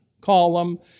column